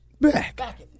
back